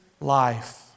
life